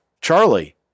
Charlie